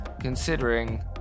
considering